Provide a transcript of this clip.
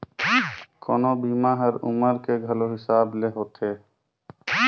कोनो बीमा हर उमर के घलो हिसाब ले होथे